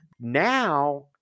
Now